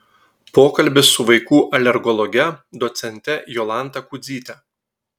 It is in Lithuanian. pokalbis su vaikų alergologe docente jolanta kudzyte